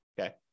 Okay